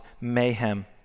mayhem